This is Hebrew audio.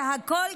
הכול,